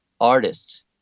artists